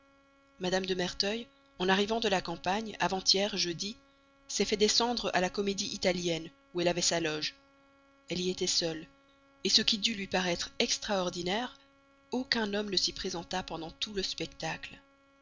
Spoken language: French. madame de merteuil en arrivant de la campagne avant-hier jeudi s'est fait descendre à la comédie italienne où elle avait sa loge elle y était seule et ce qui dut lui paraître extraordinaire aucun homme ne s'y présenta pendant tout le spectacle